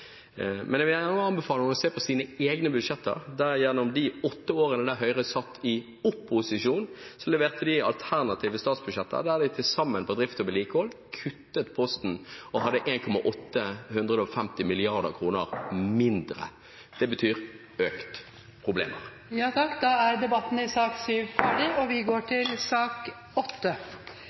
Men jeg vil anbefale henne å se på egne budsjetter, bl.a. i løpet av de åtte årene da Høyre satt i opposisjon. Da leverte de alternative statsbudsjetter der de til sammen for drift og vedlikehold kuttet i posten og hadde 1,85 mrd. kr mindre. Det betyr økte problemer. Flere har ikke bedt om ordet til sak nr. 7. Etter ønske fra transport- og